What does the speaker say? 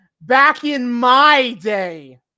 back-in-my-day